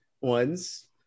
ones